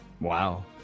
wow